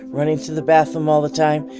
running to the bathroom all the time.